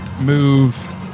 move